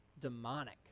Demonic